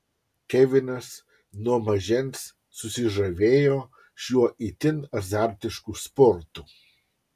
kevinas nuo mažens susižavėjo šiuo itin azartišku sportu